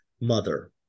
mother